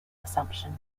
assumption